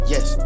Yes